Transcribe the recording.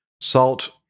Salt